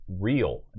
Real